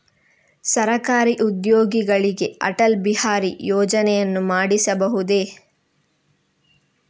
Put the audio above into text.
ಸರಕಾರಿ ಉದ್ಯೋಗಿಗಳಿಗೆ ಅಟಲ್ ಬಿಹಾರಿ ಯೋಜನೆಯನ್ನು ಮಾಡಿಸಬಹುದೇ?